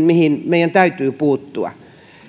mihin meidän täytyy puuttua